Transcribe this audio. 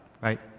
Right